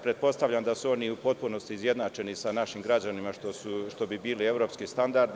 Pretpostavljam da su oni u potpunosti izjednačeni sa našim građanima, što bi bili evropski standardi.